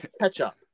ketchup